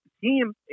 team